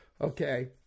okay